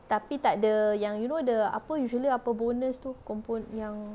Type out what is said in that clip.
tapi tak ada yang you know the apa usually apa bonus tu yang